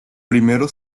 primero